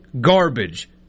garbage